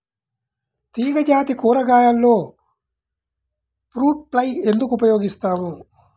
తీగజాతి కూరగాయలలో fruit fly ఎందుకు ఉపయోగిస్తాము?